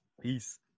Peace